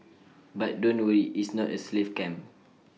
but don't worry its not A slave camp